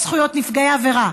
חוק זכויות נפגעי עבירה,